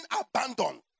abandoned